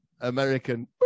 American